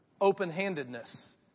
open-handedness